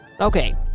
okay